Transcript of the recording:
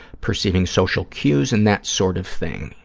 perceiving social cues and that sort of thing.